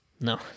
No